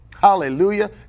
Hallelujah